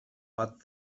but